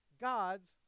God's